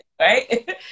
right